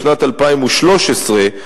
בשנת 2013,